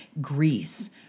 Greece